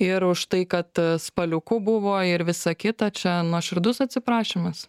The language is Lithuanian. ir už tai kad spaliuku buvo ir visa kita čia nuoširdus atsiprašymas